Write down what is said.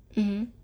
mm